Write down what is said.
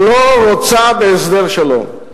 לא רוצה בהסדר שלום.